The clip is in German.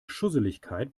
schusseligkeit